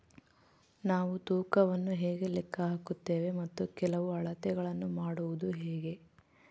ನಾವು ತೂಕವನ್ನು ಹೇಗೆ ಲೆಕ್ಕ ಹಾಕುತ್ತೇವೆ ಮತ್ತು ಕೆಲವು ಅಳತೆಗಳನ್ನು ಮಾಡುವುದು ಹೇಗೆ?